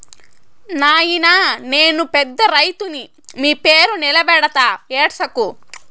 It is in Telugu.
నాయినా నేను పెద్ద రైతుని మీ పేరు నిలబెడతా ఏడ్సకు